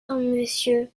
monsieur